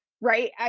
Right